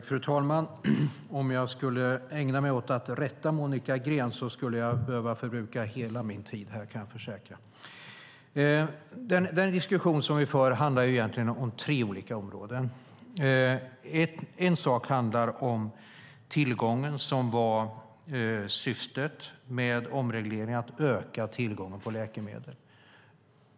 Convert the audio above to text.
Fru talman! Om jag skulle ägna mig åt att rätta Monica Green skulle jag få bruka hela min talartid till det, kan jag försäkra. Den diskussion som vi här för handlar om tre olika områden. En sak handlar om tillgången. Syftet med avregleringen var att öka tillgången på läkemedel.